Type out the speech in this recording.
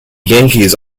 yankees